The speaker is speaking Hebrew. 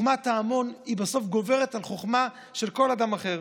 חוכמת ההמון בסוף גוברת על חוכמה של כל אדם אחר.